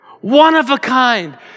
one-of-a-kind